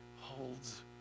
holds